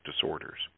disorders